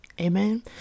Amen